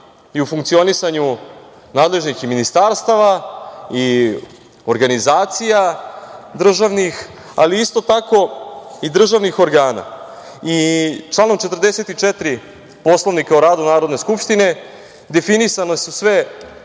funkcionisanje nadležnih ministarstava i državnih organizacija, ali isto tako i državnih organa. Članom 44. Poslovnika o radu Narodne skupštine definisana su sva